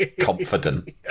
confident